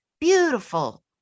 beautiful